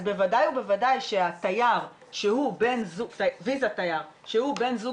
אז בוודאי ובוודאי שהתייר בוויזת תייר שהוא בן זוג